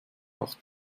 auch